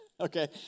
Okay